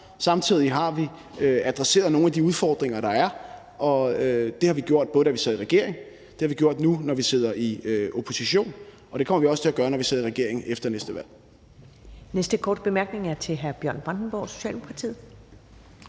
Samtidig har vi adresseret nogle af de udfordringer, der er, og det har vi gjort, både da vi sad i regering, og nu når vi sidder i opposition, og det kommer vi også til at gøre, når vi sidder i regering efter næste valg.